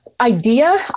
Idea